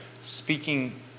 speaking